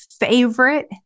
favorite